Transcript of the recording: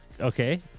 Okay